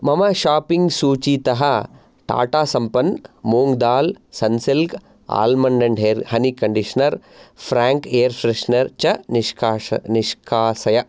मम शाप्पिङ्ग् सूचीतः Tata Sampann moong dal Sunsilk almond and hair honey conditioner frank air freshener च निशाकाश निष्कासय